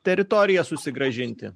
teritoriją susigrąžinti